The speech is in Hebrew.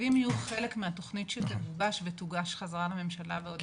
התקציבים יהיו חלק מהתכנית שתגובש ותוגש חזרה לממשלה בעוד 120 יום.